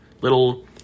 little